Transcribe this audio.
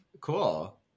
Cool